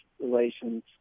relations